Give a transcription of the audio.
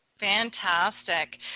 Fantastic